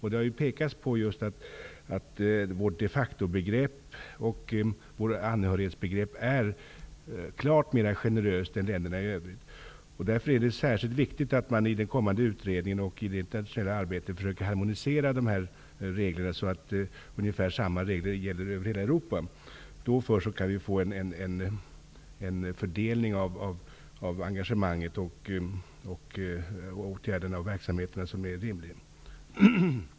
Det har påpekats att vårt de facto-begrepp och vårt anhörigbegrepp är klart mer generösa än i övriga länder. Därför är det särskilt viktigt att i den kommande utredningen försöka harmonisera reglerna så att ungefär samma regler gäller över hela Europa. Först då kan vi få en fördelning av engagemang och åtgärder och en verksamhet som är rimlig.